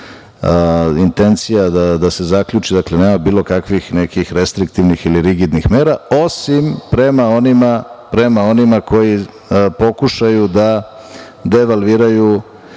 intencija da se zaključi, nema bilo kakvih nekih restriktivnih ili rigidnih mera osim prema onima koji pokušaju da devalviraju